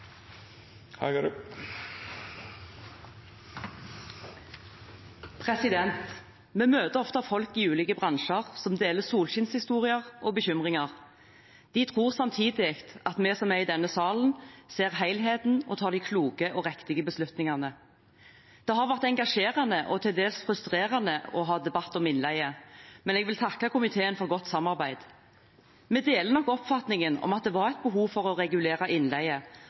møter ofte folk ulike bransjer, som deler solskinnshistorier og bekymringer. De tror samtidig at vi som er i denne sal, ser helheten og tar de kloke og riktige beslutningene. Det har vært engasjerende og til dels frustrerende å ha debatt om innleie, men jeg vil takke komiteen for godt samarbeid. Vi deler nok oppfatningen om at det var et behov for å